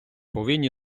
повинні